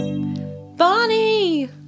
Bonnie